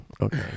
Okay